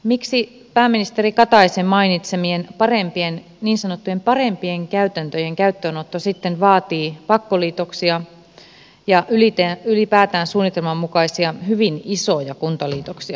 miksi pääministeri kataisen mainitsemien niin sanottujen parempien käytäntöjen käyttöönotto sitten vaatii pakkoliitoksia ja ylipäätään suunnitelman mukaisia hyvin isoja kuntaliitoksia